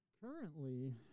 Currently